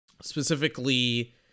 specifically